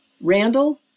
Randall